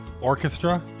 Orchestra